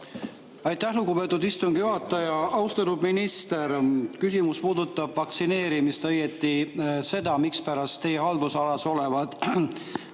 Aitäh, lugupeetud istungi juhataja! Austatud minister! Küsimus puudutab vaktsineerimist, õieti seda, mispärast teie haldusalas olevad